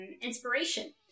inspiration